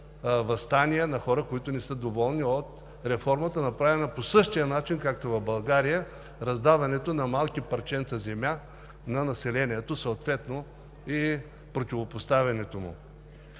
въстания на хора, които не са доволни от реформата, направена по същия начин, както в България раздаването на малки парченца земя на населението, съответно и противопоставянето му.